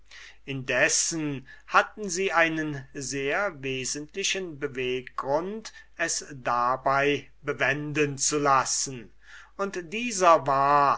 indessen hatten sie einen sehr wesentlichen beweggrund es dabei bewenden zu lassen und dieser war